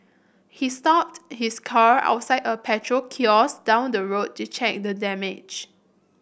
he stopped his car outside a petrol kiosk down the road to check the damage